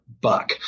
Buck